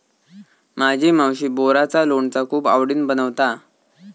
माझी मावशी बोराचा लोणचा खूप आवडीन बनवता